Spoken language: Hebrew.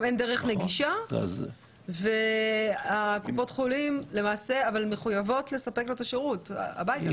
גם אין דרך נגישה אבל קופות החולים מחויבות לספק לו את השירות בבית.